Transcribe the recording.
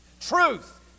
truth